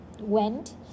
went